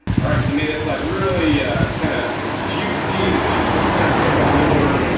alright, so man it's like really kinda juicy, the juice is kinda getting all over.